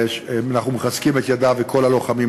אנחנו מחזקים את ידיו ואת ידי כל הלוחמים,